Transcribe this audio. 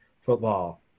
football